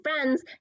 friends